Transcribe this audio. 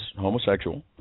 homosexual